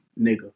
nigga